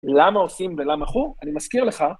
למה עושים ולמה חור? אני מזכיר לך.